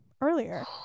earlier